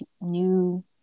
new